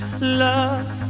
Love